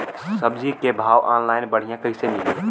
सब्जी के भाव ऑनलाइन बढ़ियां कइसे मिली?